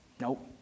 Nope